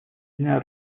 дня